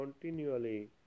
continually